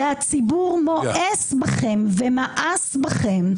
והציבור מואס בכם ומאס בכם.